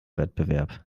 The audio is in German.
wettbewerb